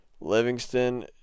Livingston